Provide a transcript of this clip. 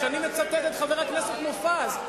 אני מצטט את חבר הכנסת מופז.